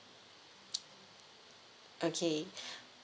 okay